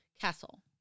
Castle